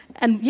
and yeah